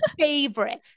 favorite